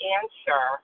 answer